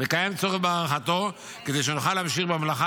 וקיים צורך בהארכתו כדי שנוכל להמשיך במלאכה